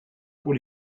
pour